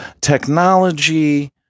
technology